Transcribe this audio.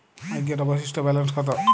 আজকের অবশিষ্ট ব্যালেন্স কত?